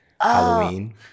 Halloween